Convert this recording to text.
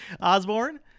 Osborne